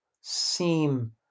seem